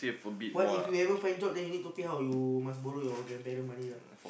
what if you ever find job then you need to pay how you must borrow your grandparent money lah